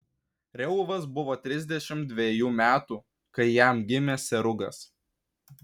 reuvas buvo trisdešimt dvejų metų kai jam gimė serugas